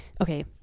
okay